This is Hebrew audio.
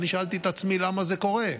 שאלתי את עצמי למה זה קורה.